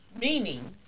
meaning